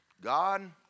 God